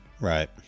Right